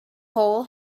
hole